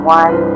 one